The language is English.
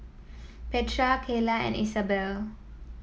Petra Keila and Isabel